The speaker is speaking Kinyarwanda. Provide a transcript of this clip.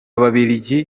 ababiligi